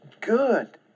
good